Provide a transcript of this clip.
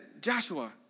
Joshua